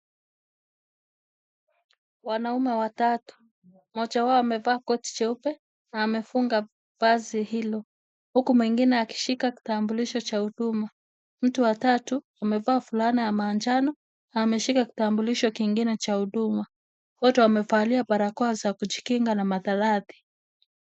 Wanaume watatu, mmoja wao amevaa koti jeupe na amefunga vazi hilo huku mwingine akishika kitambulisho cha huduma. Mtu wa tatu amevaa fulana ya manjano na ameshika kitambulisho kingine cha huduma. Wote wamevalia barakoa za kujikinga na maradhi.